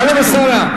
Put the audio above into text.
טלב אלסאנע.